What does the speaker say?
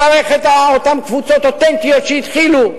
מברך את אותן קבוצות אותנטיות שהתחילו,